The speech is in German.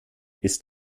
ist